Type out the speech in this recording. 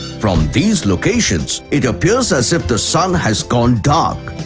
from these locations, it appears as if the sun has gone dark.